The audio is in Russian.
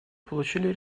получили